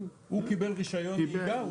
הוא קיבל רישיון נהיגה?